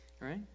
Right